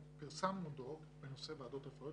מבקר המדינה ונציב תלונות הציבור מתניהו